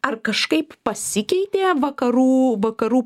ar kažkaip pasikeitė vakarų vakarų